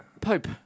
pope